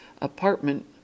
apartment